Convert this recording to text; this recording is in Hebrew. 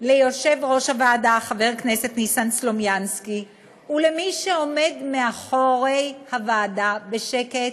ליושב-ראש הוועדה ניסן סלומינסקי ולמי שעומד מאחורי הוועדה בשקט,